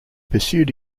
pursued